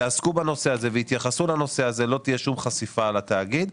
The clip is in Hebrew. שעסקו בנושא הזה והתייחסו לנושא הזה לא תהיה שום חשיפה לתאגיד.